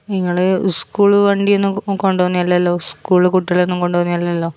നിങ്ങൾ സ്കൂൾ വണ്ടി ഒന്നും കൊണ്ടു പോകുന്നില്ലല്ലോ സ്കൂൾ കുട്ടികളെയൊന്നും കൊണ്ടു പോകുന്നില്ലല്ലോ